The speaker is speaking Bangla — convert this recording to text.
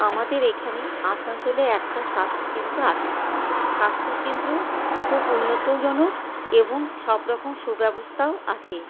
আমাদের এখানে আসানসোলে একটা স্বাস্থ্যকেন্দ্র আছে স্বাস্থ্যকেন্দ্র খুব উন্নতজনক এবং সবরকম সুব্যবস্থাও আছে